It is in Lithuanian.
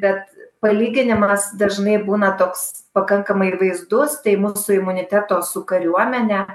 bet palyginimas dažnai būna toks pakankamai vaizdus tai mūsų imuniteto su kariuomene